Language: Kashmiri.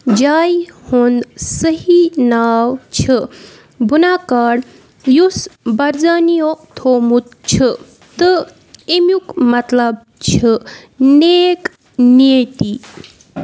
جایہِ ہُنٛد صحیح ناو چھِ بُنَکاڈ یُس برظانِیو تھوٚمُت چھُ تہٕ اَمیُک مطلب چھُ نیک نِیَتی